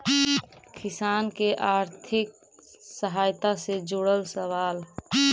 किसान के आर्थिक सहायता से जुड़ल सवाल?